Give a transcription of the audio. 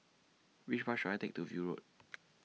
Which Bus should I Take to View Road